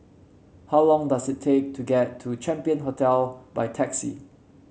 how long does it take to get to Champion Hotel by taxi